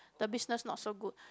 the business not so good